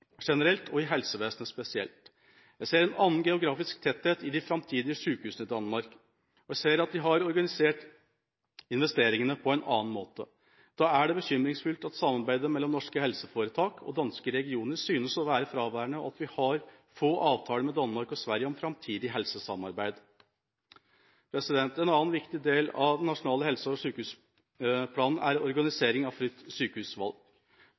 generelt og i helsevesenet spesielt. Jeg ser en annen geografisk tetthet i de framtidige sykehusene i Danmark, og jeg ser at de har organisert investeringene på en annen måte. Da er det bekymringsfullt at samarbeidet mellom norske helseforetak og danske regioner synes å være fraværende, og at vi har få avtaler med Danmark og Sverige om framtidig helsesamarbeid. En annen viktig del av den nasjonale helse- og sykehusplanen er organiseringen av fritt sykehusvalg